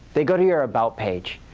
they go to your about page.